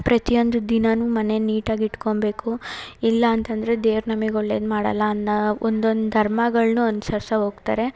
ಪ್ರತಿಯೊಂದು ದಿನವೂ ಮನೆ ನೀಟಾಗಿ ಇಟ್ಕೊಬೇಕು ಇಲ್ಲ ಅಂತಂದರೆ ದೇವ್ರು ನಮಿಗೆ ಒಳ್ಳೇದು ಮಾಡಲ್ಲ ಅನ್ನೋ ಒಂದೊಂದು ಧರ್ಮಗಳನ್ನೂ ಅನುಸರಿಸ ಹೋಗ್ತಾರೆ